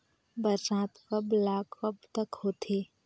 बरसात कब ल कब तक होथे?